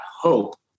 hope